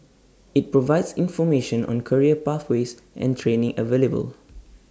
IT provides information on career pathways and training available